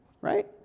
right